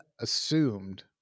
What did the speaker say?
assumed